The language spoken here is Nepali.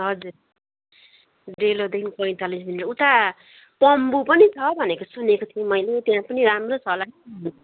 हजुर डेलोदेखि पैँतालिस मिनट उता पन्बू पनि छ भनेको सुनेको थिएँ मैले त्यहाँ पनि राम्रो छ होला है